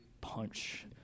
punch